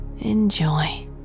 Enjoy